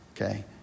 okay